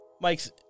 Mike's